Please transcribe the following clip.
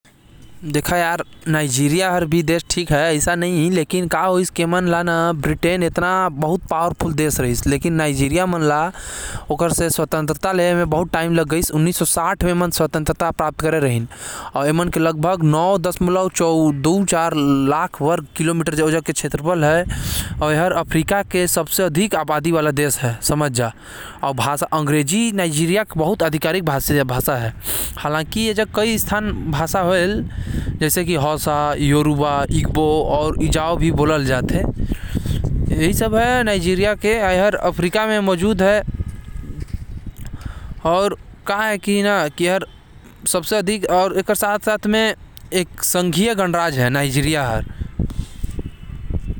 नाइजीरिया हर उन्नीस सौ साठ म ब्रिटेन से आजाद होये रहिस। लगभग नौ दशमलव दु चार वर्ग किलोमीटर तक एकर क्षेत्रफल फैले हवे। अफ्रीका के सबसे ज्यादा आबादी वाला देश हवे जहा म अंग्रेजी बोलै जाथे।